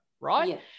Right